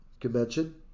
convention